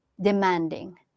demanding